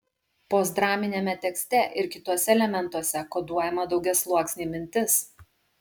postdraminiame tekste ir kituose elementuose koduojama daugiasluoksnė mintis